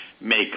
make